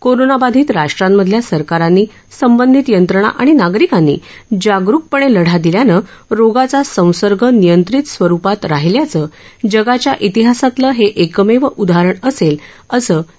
कोरोनाबाधित राष्ट्रांमधल्या सरकारांनी संबंधित यंत्रणा आणि नागरिकांनी जागरुकपणे लढा दिल्यानं रोगाचा संसर्ग नियंत्रित स्वरुपात राहिल्याचं जगाच्या इतिहासातलं हे एकमेव उदाहरण असेल असं डब्ल्यू